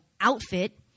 outfit